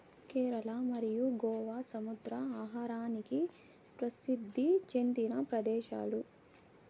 కేరళ మరియు గోవా సముద్ర ఆహారానికి ప్రసిద్ది చెందిన ప్రదేశాలు